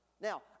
Now